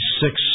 six